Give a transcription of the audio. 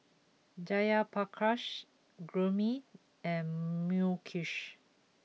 Jayaprakash Gurmeet and Mukesh